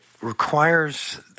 requires